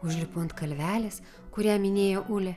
užlipu ant kalvelės kurią minėjo ulė